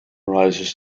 rises